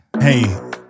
Hey